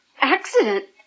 Accident